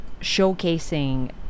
showcasing